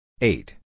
eight